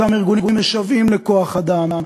אותם ארגונים משוועים לכוח-אדם,